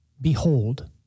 behold